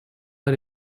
her